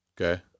Okay